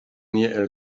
near